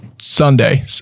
sunday